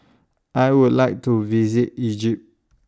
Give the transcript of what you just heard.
I Would like to visit Egypt